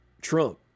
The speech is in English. Trump